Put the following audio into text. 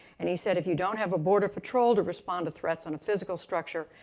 and he said if you don't have a border patrol to respond to threats on a physical structure,